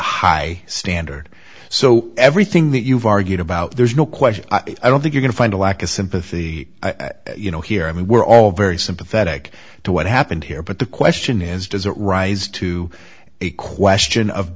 high standard so everything that you've argued about there's no question i don't think you can find a lack of sympathy you know here i mean we're all very sympathetic to what happened here but the question is does it rise to a question of